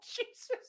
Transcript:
Jesus